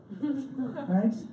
right